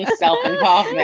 ah self-involved